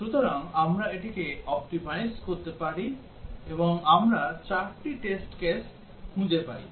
সুতরাং আমরা এটিকে অপ্টিমাইজ করতে পারি এবং আমরা চারটি টেস্ট কেস খুঁজে পাই